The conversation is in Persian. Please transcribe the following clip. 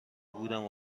بودم